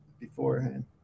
beforehand